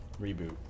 reboot